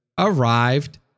arrived